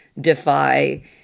defy